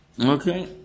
Okay